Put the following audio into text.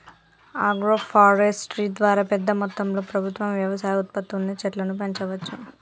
agro forestry ద్వారా పెద్ద మొత్తంలో ప్రభుత్వం వ్యవసాయ ఉత్పత్తుల్ని చెట్లను పెంచవచ్చు